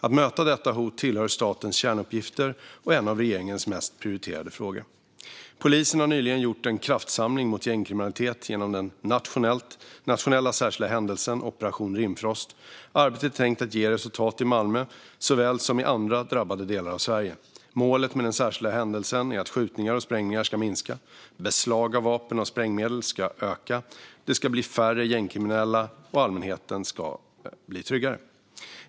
Att möta detta hot tillhör statens kärnuppgifter och är en av regeringens mest prioriterade frågor. Polisen har nyligen gjort en kraftsamling mot gängkriminaliteten genom den nationella särskilda händelsen Operation Rimfrost. Arbetet är tänkt att ge resultat i Malmö såväl som i andra drabbade delar av Sverige. Målet med den särskilda händelsen är att skjutningar och sprängningar ska minska, att beslag av vapen och sprängmedel ska öka, att det ska bli färre gängkriminella och att allmänheten ska bli tryggare.